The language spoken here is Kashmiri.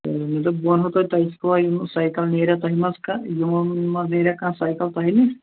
تہٕ مےٚ دوٚپ بہٕ وَنہو تۄہہِ تۄہہِ چھُوا یِم سایکَل نیرا تۄہہِ منٛز کانٛہہ یِمو منٛز نیرا کانٛہہ سایکَل تۄہہِ نِش